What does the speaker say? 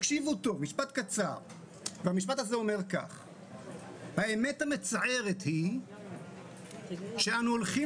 הקשיבו טוב: "האמת המצערת היא שאנו הולכים